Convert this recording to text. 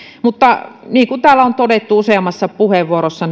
mutta niin kuin täällä on todettu useammassa puheenvuorossa